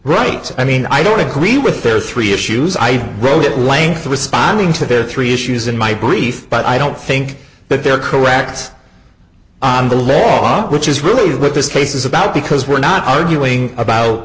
right i mean i don't agree with their three issues i wrote it length responding to their three issues in my brief but i don't think that they're correct on the law which is really what this case is about because we're not arguing about